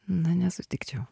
na nesutikčiau